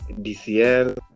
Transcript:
DCL